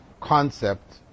concept